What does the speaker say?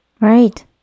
Right